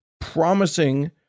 promising